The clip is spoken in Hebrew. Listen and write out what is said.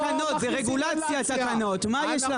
תקנות, זה רגולציה תקנות, מה יש לכם?